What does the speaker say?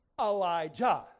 Elijah